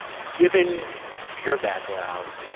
given your background,